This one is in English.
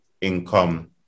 income